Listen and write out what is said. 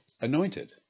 anointed